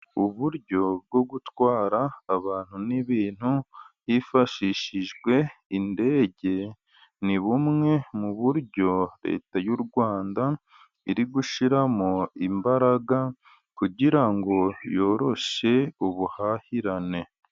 Uburyo bwo gutwara abantu n'ibintu hifashishijwe indege, ni bumwe mu buryo Leta y'u Rwanda iri gushyiramo imbaraga, kugira ngo yoroshe ubuhahirane.